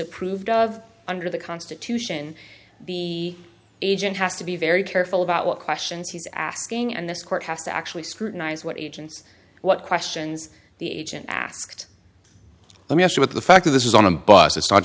approved of under the constitution the agent has to be very careful about what questions he's asking and this court has to actually scrutinize what agents what questions the agent asked let me ask about the fact that this is on a bus it's not